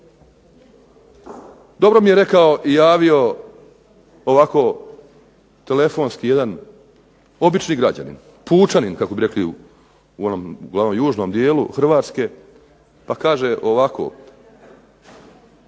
Dobro mi je rako i javio ovako telefonski jedan obični građanin, pučanin kako bi rekli u južnom dijelu Hrvatske. Pa kaže ovako,